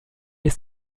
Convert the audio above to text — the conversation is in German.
ist